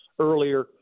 earlier